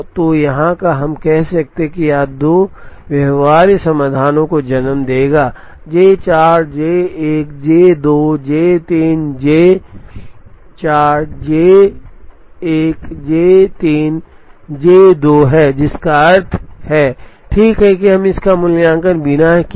तो यहाँ हम कह सकते हैं यह दो व्यवहार्य समाधानों को जन्म देगा जो कि J 4 J 1 J 2 J 3 J J 4 J 1 J 3 J 2 है जिसका अर्थ है ठीक है कि हम इसका मूल्यांकन बिना किए ही कर सकते थे